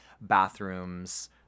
bathrooms